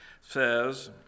says